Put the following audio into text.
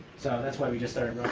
so that's why we just started